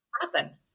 happen